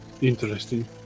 Interesting